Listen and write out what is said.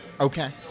Okay